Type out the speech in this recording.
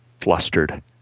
flustered